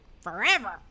forever